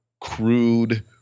crude